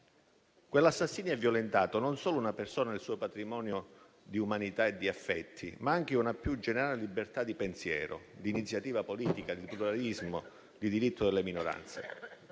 Quell'assassinio ha violentato non solo una persona e il suo patrimonio di umanità e di affetti, ma anche una più generale libertà di pensiero e di iniziativa politica, nonché il pluralismo e i diritti delle minoranze.